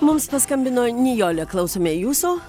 mums paskambino nijolė klausome jūsų